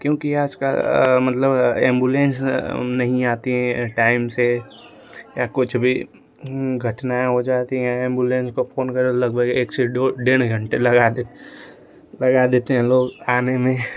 क्योंकि आजकल मतलब एम्बुलेंस नही आती हैं टाइम से या कुछ भी घटनाएँ हो जाती हें एम्बुलेंस को फोन करो लगभग एक से डो डेढ़ घंटे लगादे लगा देते हैं लोग आने में